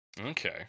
Okay